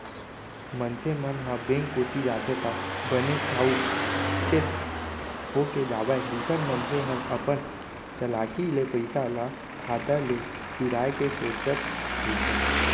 मनसे मन ह बेंक कोती जाथे त बने साउ चेत होके जावय दूसर मनसे हर अपन चलाकी ले पइसा ल खाता ले चुराय के सोचत रहिथे